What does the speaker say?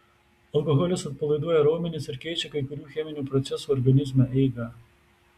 alkoholis atpalaiduoja raumenis ir keičia kai kurių cheminių procesų organizme eigą